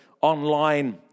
online